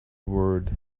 word